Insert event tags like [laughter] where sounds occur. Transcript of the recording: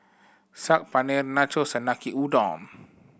Saag Paneer Nachos and [unintelligible] Udon